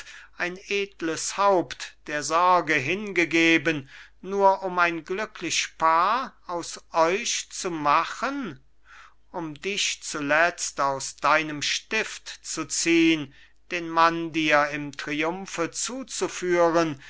sein edles haupt der sorge hingegeben nur um ein glücklich paar aus euch zu machen um dich zuletzt aus deinem stift zu ziehn den mann dir im triumphe zuzuführen